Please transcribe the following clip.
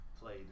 played